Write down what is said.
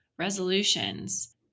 resolutions